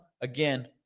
again